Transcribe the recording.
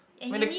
when the